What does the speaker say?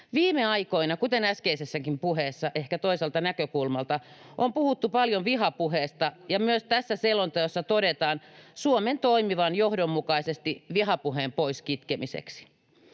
Viime aikoina, kuten äskeisessäkin puheessa ehkä toiselta näkökulmalta, on puhuttu paljon vihapuheesta, ja myös tässä selonteossa todetaan Suomen toimivan johdonmukaisesti vihapuheen poiskitkemiseksi.